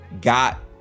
got